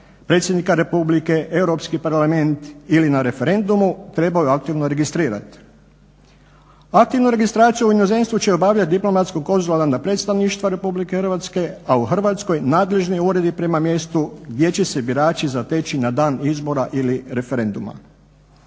predsjednika republike, Europski parlament ili na referendumu trebaju aktivno registrirati. Aktivnu registraciju u inozemstvu će obavljati diplomatsko-konzularna predstavništva RH, a u Hrvatskoj nadležni uredi prema mjesto gdje će se birači zateći na dan izbora ili referenduma.